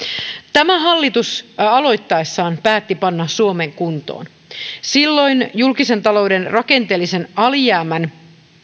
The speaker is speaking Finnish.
tämä hallitus aloittaessaan päätti panna suomen kuntoon silloin julkisen talouden rakenteellisen alijäämän